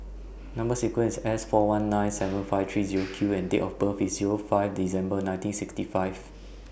Number sequence IS S four one nine seven five three Zero Q and Date of birth IS Zero five December nineteen sixty five